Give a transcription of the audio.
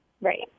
Right